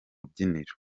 rubyiniro